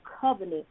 covenant